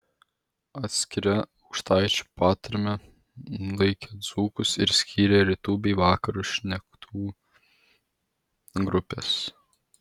atskira aukštaičių patarme laikė dzūkus ir skyrė rytų bei vakarų šnektų grupes